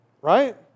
right